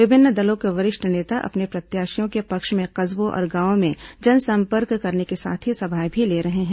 विभिन्न दलों के वरिष्ठ नेता अपने प्रत्याशियों के पक्ष में कस्बों और गावों में जनसंपर्क करने के साथ ही सभाएं भी ले रहे हैं